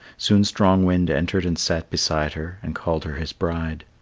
soon strong wind entered and sat beside her, and called her his bride.